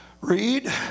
Read